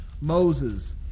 Moses